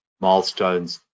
milestones